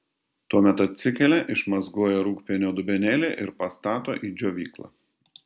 tuomet atsikelia išmazgoja rūgpienio dubenėlį ir pastato į džiovyklą